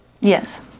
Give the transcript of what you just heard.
Yes